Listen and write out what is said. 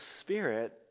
Spirit